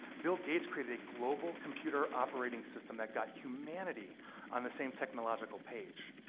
bill gates created a global computer operating system that got humanity on the same technological page.